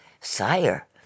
Sire